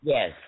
Yes